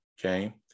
okay